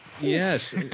Yes